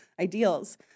ideals